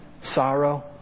sorrow